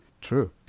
True